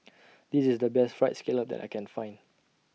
This IS The Best Fried Scallop that I Can Find